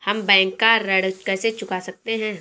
हम बैंक का ऋण कैसे चुका सकते हैं?